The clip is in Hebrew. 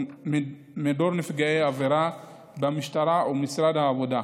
מדור נפגעי עבירה במשטרה ומשרד העבודה,